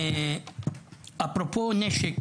אפרופו נשק,